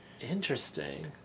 Interesting